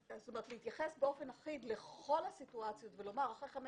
התייחס באופן אחיד לכל הסיטואציות ולומר שאחרי 15